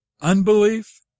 unbelief